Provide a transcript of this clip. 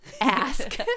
ask